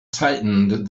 tightened